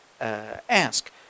ask